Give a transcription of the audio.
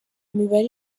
mibare